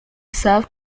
served